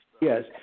yes